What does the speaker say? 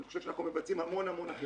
אני חושב שאנחנו מבצעים המון המון אכיפה.